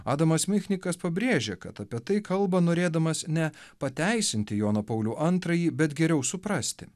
adamas michnikas pabrėžė kad apie tai kalba norėdamas ne pateisinti joną paulių antrąjį bet geriau suprasti